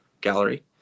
gallery